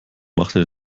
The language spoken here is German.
machte